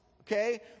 Okay